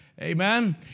Amen